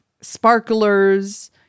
sparklers